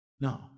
No